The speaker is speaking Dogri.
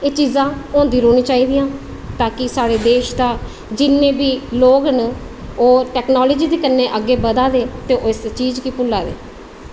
एह् चीज़ां होंदी रौहनी चाही दियां ता की साढ़े देश दा जिन्ने बी लोग न ओह् टेक्नोलॉज़ी दे कन्नै अग्गें बधा दे ते इस चीज़ गी भुल्ला दे